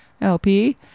LP